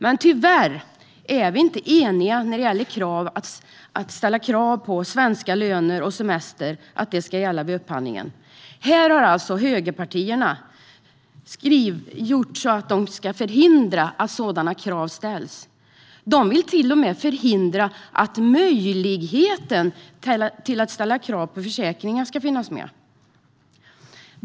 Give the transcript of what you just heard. Men tyvärr är vi inte eniga om att det vid upphandlingen ska ställas krav på att svenska löner och semester ska gälla. Här vill alltså högerpartierna förhindra att sådana krav ställs. De vill till och med förhindra att möjligheten till att ställa krav på försäkringar ska finnas med.